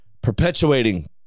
perpetuating